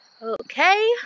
Okay